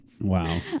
Wow